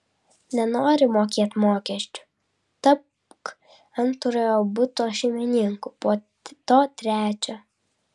nenori mokėt mokesčių tapk antrojo buto šeimininku po to trečio